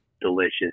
delicious